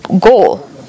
goal